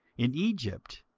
in egypt,